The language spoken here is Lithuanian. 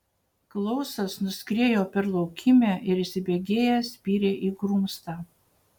klausas nuskriejo per laukymę ir įsibėgėjęs spyrė į grumstą